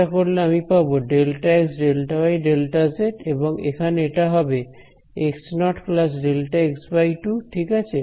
সেটা করলে আমি পাব ΔxΔyΔz এবং এখানে এটা হবে x0 Δx2 ঠিক আছে